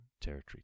territory